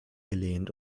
gelehnt